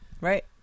Right